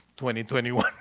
2021